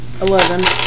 Eleven